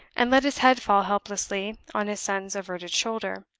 and let his head fall helplessly on his son's averted shoulder.